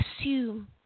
assume